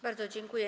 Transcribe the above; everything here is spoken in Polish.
Bardzo dziękuję.